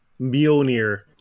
Mjolnir